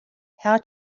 how